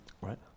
Right